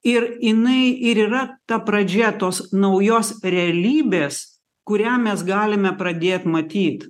ir jinai ir yra ta pradžia tos naujos realybės kurią mes galime pradėt matyt